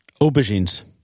Aubergine's